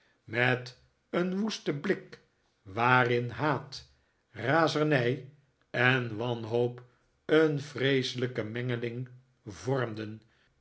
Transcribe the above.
met een woesten blik waarin haat razernij en wanhoop een vreeselijke mengeling vormden